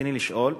רצוני לשאול: